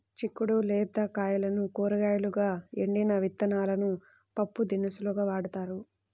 చిక్కుడు లేత కాయలను కూరగాయలుగా, ఎండిన విత్తనాలను పప్పుదినుసులుగా వాడతారు